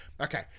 okay